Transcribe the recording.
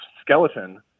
skeleton